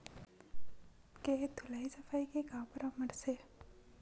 के धुलाई सफाई के का परामर्श हे?